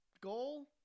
goal